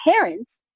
parents